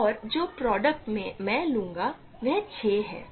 तो और जो प्रोडक्ट मैं लूंगा वह 6 है